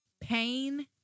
pain